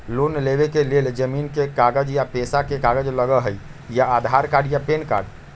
Loan लेवेके लेल जमीन के कागज या पेशा के कागज लगहई या आधार कार्ड या पेन कार्ड?